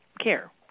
care